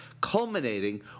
Culminating